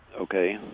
Okay